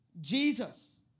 Jesus